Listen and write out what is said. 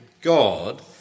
God